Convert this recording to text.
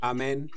Amen